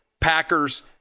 Packers